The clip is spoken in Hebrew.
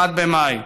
1 במאי.